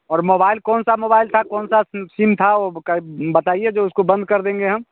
और मोबाईल कौन सा मोबाईल था कोन सा सि सिम था वो बताइए जो उसको बंद कर देंगे हम